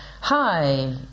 hi